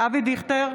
אבי דיכטר,